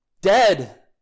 dead